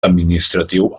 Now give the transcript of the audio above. administratiu